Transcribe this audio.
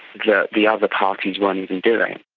that the other parties weren't even doing.